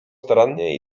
starannie